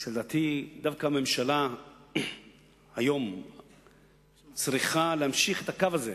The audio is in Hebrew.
ולדעתי דווקא הממשלה היום צריכה להמשיך את הקו הזה.